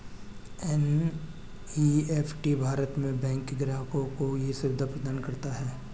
NEFT Bharat में bank के ग्राहकों को ये सुविधा प्रदान करता है